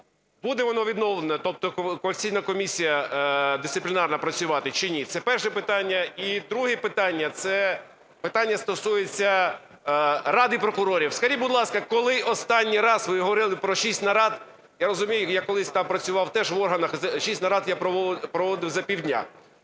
Буде воно відновлено, тобто конституційна комісія дисциплінарна працюватиме чи ні? Це перше питання. І друге питання. Це питання стосується Ради прокурорів. Скажіть, будь ласка, коли останній раз… Ви говорили про шість нарад, я розумію, я колись там працював теж в органах і шість нарад я проводив за півдня.